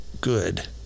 good